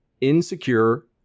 insecure